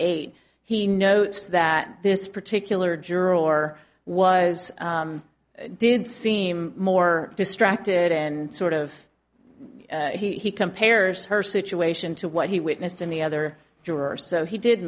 eight he notes that this particular juror or was did seem more distracted and sort of he compares her situation to what he witnessed in the other jurors so he did